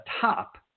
top